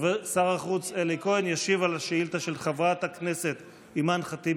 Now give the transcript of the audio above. שר החוץ אלי כהן ישיב על השאילתה של חברת הכנסת אימאן ח'טיב